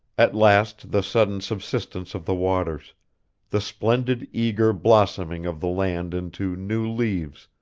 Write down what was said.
at last the sudden subsidence of the waters the splendid eager blossoming of the land into new leaves,